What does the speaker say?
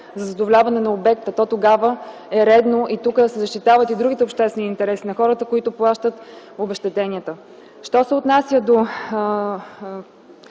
за задоволяване на обекта, то тогава е редно тук да се защитават и другите обществени интереси на хората, които плащат обезщетенията. В мотивите